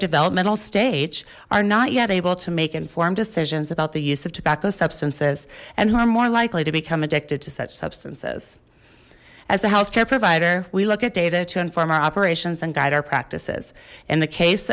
developmental stage are not yet able to make informed decisions about the use of tobacco substances and who are more likely to become addicted to such substances as a health care provider we look at data to inform our operations and guide our practices in the case